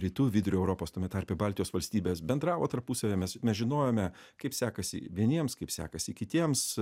rytų vidurio europos tame tarpe baltijos valstybės bendravo tarpusavyje mes mes žinojome kaip sekasi vieniems kaip sekasi kitiems